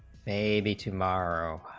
eighty tomorrow